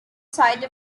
site